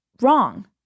wrong